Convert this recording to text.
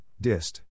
dist